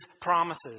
promises